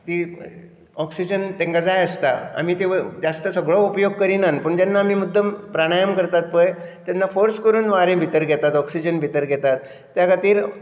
ती ऑक्सीजन तांकां जाय आसता आनी जास्तसो भोव उपयोग करिनान पूण जेन्ना आमी मुद्दम प्राणायम करतात पळय तेन्ना फोर्स करून वारें भितर घेतात ऑक्सीजन भितर घेतात त्या खातीर